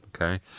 Okay